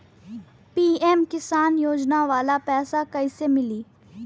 PM Kisan योजना वाला पैसा कईसे मिली?